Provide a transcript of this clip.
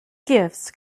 gifts